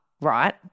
right